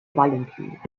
valentin